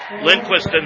Lindquist